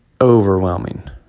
overwhelming